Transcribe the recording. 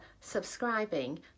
subscribing